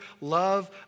love